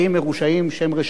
שם רשעים ירקב,